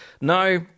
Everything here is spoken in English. Now